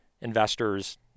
investors